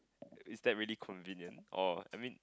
is that really convenient or I mean